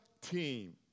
team